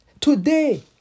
Today